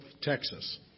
Texas